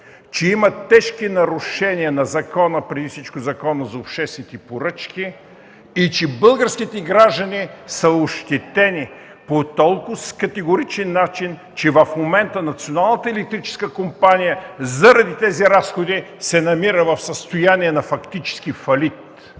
че има тежки нарушения на закона, преди всичко Законът за обществените поръчки, и че българските граждани са ощетени по толкоз категоричен начин, че в момента Националната електрическа компания, заради тези разходи, се намира в състояние на фактически фалит.